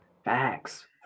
Facts